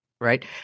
Right